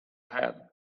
ahead